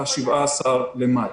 17 במאי.